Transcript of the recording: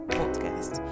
podcast